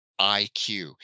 iq